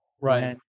Right